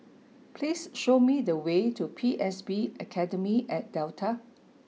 please show me the way to P S B Academy at Delta